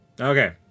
Okay